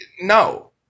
no